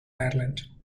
ireland